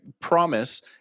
promise